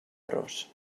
ros